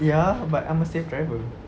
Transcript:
ya but I'm a safe driver